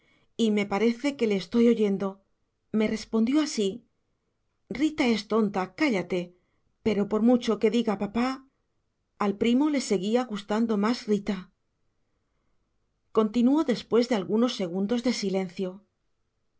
y me parece que le estoy oyendo me respondió así rita es una tonta cállate pero por mucho que diga papá al primo le seguía gustando más rita continuó después de algunos segundos de silencio